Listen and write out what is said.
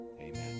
Amen